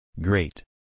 Great